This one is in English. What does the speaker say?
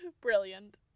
Brilliant